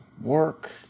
work